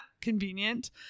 convenient